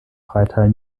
freital